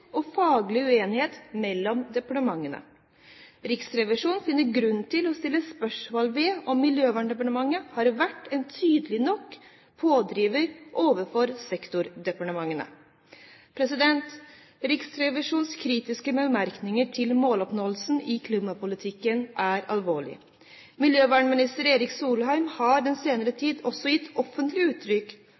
og faglig uenighet mellom departementene.» Det sies også: «Riksrevisjonen finner grunn til å stille spørsmål ved om Miljøverndepartementet har vært en tydelig nok pådriver overfor sektordepartementene.» Riksrevisjonens kritiske bemerkninger til måloppnåelsen i klimapolitikken er alvorlig. Miljøvernminister Erik Solheim har den senere tid også gitt offentlig uttrykk